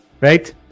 Right